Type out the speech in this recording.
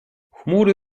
chmury